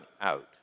out